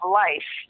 life